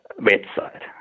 website